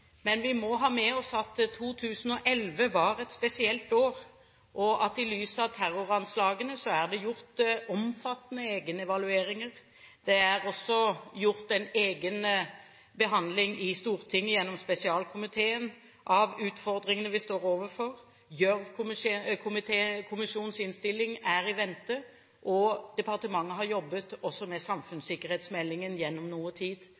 Men vi må ha med oss at 2011 var et spesielt år, og at det i lys av terroranslagene er gjort omfattende egenevalueringer. Det er også gjort egen behandling i Stortinget, gjennom spesialkomiteen, av utfordringene vi står overfor, Bech Gjørv-kommisjonens innstilling er i vente, og departementet har også jobbet med samfunnssikkerhetsmeldingen gjennom noe tid.